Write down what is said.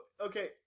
Okay